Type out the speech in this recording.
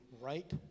right